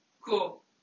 Cool